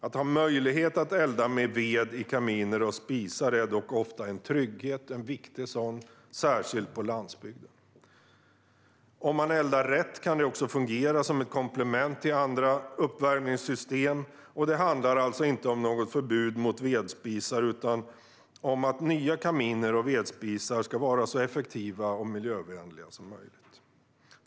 Att ha möjlighet att elda med ved i kaminer och spisar är ofta en viktig trygghet, särskilt på landsbygden. Om man eldar rätt kan det också fungera som ett komplement till andra uppvärmningssystem. Det handlar alltså inte om något förbud mot vedspisar utan om att nya kaminer och vedspisar ska vara så effektiva och miljövänliga som möjligt.